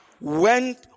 went